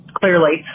clearly